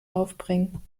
aufbringen